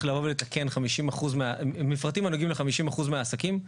לבוא ולתקן מפרטים הנוגעים ל-50% מהעסקים,